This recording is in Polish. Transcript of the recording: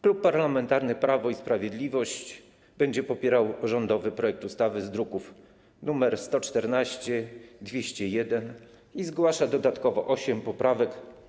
Klub Parlamentarny Prawo i Sprawiedliwość będzie popierał rządowy projekt ustawy z druków nr 114 i 201 i zgłasza dodatkowo osiem poprawek.